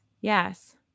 yes